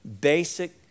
basic